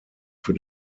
für